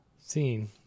scene